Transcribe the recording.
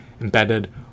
embedded